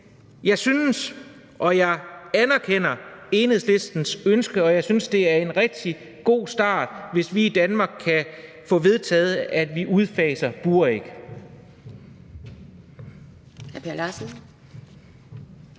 Men jeg anerkender Enhedslistens ønske, og jeg synes, det er en rigtig god start, hvis vi i Danmark kan få vedtaget, at vi udfaser buræg.